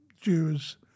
Jews